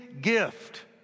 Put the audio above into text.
gift